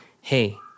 hey